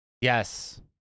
yes